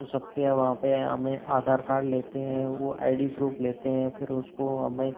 तो सबके वहाँ पे है हमें आधार कार्ड लेते हैं वो आई डी प्रूफ लेते हैं फिर उसको हमें